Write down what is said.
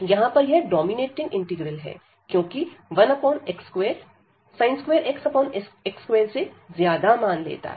यहां पर यह डोमिनेटिंग इंटीग्रल है क्योंकि 1x2 sin2x x2से ज्यादा मान लेता है